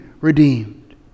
redeemed